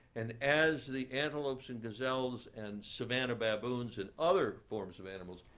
and as the antelopes and gazelles and savanna baboons and other forms of animals,